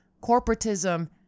corporatism